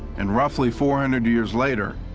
and roughly four hundred years later,